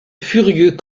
furieux